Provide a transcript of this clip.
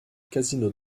casino